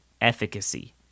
efficacy